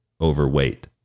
overweight